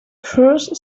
cruise